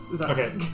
Okay